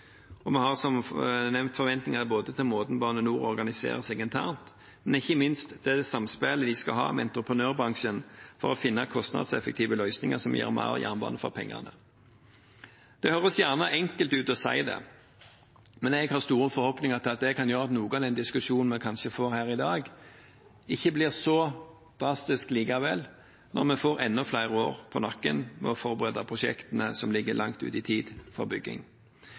kommunedelplan. Vi har, som nevnt, forventninger både til måten Bane NOR organiserer seg internt på, og ikke minst til det samspillet de skal ha med entreprenørbransjen for å finne kostnadseffektive løsninger som gir mer jernbane for pengene. Det høres kanskje enkelt ut å si det, men jeg har store forhåpninger til at det kan gjøre at noe av den diskusjonen vi kanskje får her i dag, likevel ikke blir så drastisk når vi får enda flere år på nakken med å forberede prosjektene som ligger langt fram i tid, for bygging.